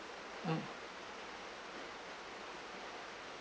mm